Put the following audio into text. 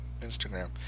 Instagram